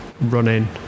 running